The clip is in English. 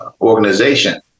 organization